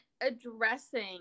addressing